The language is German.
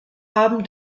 haben